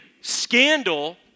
scandal